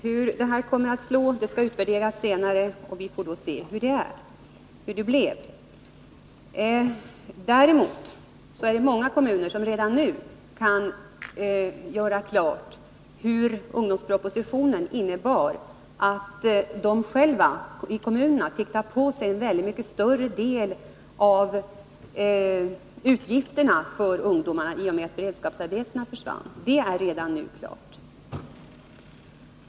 Hur den fungerat skall utvärderas senare. Däremot kan många kommuner redan nu klart se att ungdomspropositionen innebar att kommunerna själva fick ta på sig en mycket större del av utgifterna för ungdomarna i och med att beredskapsarbetena försvann. Det är alltså redan nu klart.